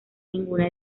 ninguna